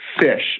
Fish